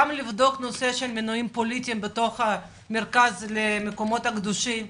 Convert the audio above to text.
לבדוק גם את הנושא של מינויים פוליטיים בתוך המרכז למקומות קדושים.